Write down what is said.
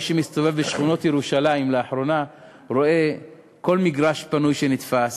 מי שמסתובב בשכונות ירושלים לאחרונה רואה כל מגרש פנוי שנתפס,